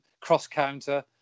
cross-counter